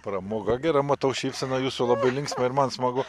pramoga gera matau šypseną jūsų labai linksma ir man smagu